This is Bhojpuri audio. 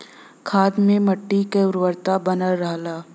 खाद से मट्टी क उर्वरता बनल रहला